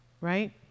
right